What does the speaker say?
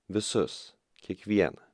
visus kiekvieną